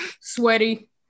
sweaty